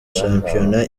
shampiyona